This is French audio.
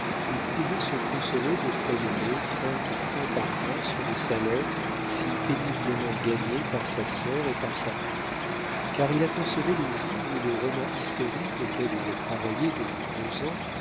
il pouvait se consoler de prélever trente francs par mois sur les salaires si péniblement gagnés par sa sœur et par sa mère car il apercevait le jour où le roman historique auquel il travaillait depuis deux ans